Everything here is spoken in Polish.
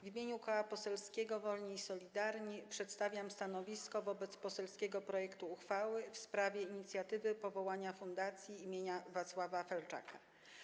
W imieniu Koła Poselskiego Wolni i Solidarni przedstawiam stanowisko wobec poselskiego projektu uchwały w sprawie inicjatywy powołania Fundacji im. Wacława Felczaka.